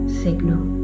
signal